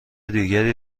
دیگری